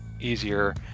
easier